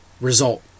result